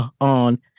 on